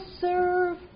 serve